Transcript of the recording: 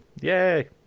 Yay